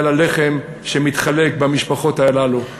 ועל הלחם שמתחלק במשפחות הללו.